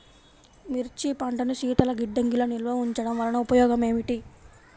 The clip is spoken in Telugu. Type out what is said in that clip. మిర్చి పంటను శీతల గిడ్డంగిలో నిల్వ ఉంచటం వలన ఉపయోగం ఏమిటి?